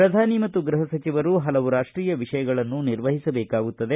ಪ್ರಧಾನಿ ಮತ್ತು ಗೃಹ ಸಚಿವರು ಹಲವು ರಾಷ್ಟೀಯ ವಿಷಯಗಳನ್ನು ನಿರ್ವಹಿಸಬೇಕಾಗುತ್ತದೆ